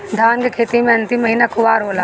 धान के खेती मे अन्तिम महीना कुवार होला?